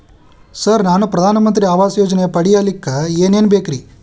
Sir ನಾನು ಪ್ರಧಾನ ಮಂತ್ರಿ ಆವಾಸ್ ಯೋಜನೆ ಪಡಿಯಲ್ಲಿಕ್ಕ್ ಏನ್ ಏನ್ ಬೇಕ್ರಿ?